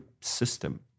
system